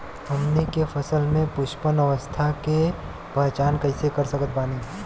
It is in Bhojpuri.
हमनी के फसल में पुष्पन अवस्था के पहचान कइसे कर सकत बानी?